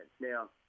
Now